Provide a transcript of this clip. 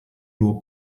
nur